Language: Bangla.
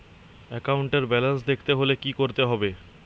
একাউন্টের ব্যালান্স দেখতে হলে কি করতে হবে?